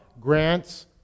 grants